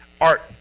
art